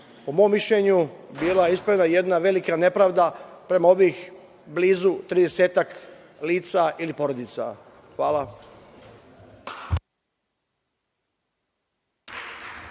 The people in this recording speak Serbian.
po mom mišljenju bila ispravljena jedna velika nepravda prema ovih blizu trideset lica ili porodica. Hvala.